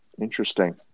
Interesting